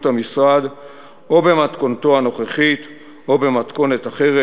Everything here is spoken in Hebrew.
המשרד או במתכונתו הנוכחית או במתכונת אחרת,